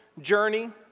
journey